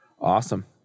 Awesome